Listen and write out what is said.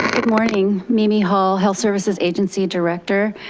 morning, mimi hall, health services agency director.